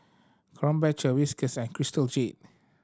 Krombacher Whiskas and Crystal Jade